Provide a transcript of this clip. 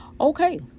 Okay